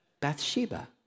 Bathsheba